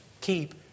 Keep